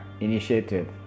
initiative